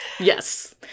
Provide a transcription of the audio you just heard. Yes